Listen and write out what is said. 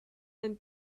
and